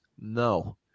No